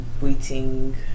waiting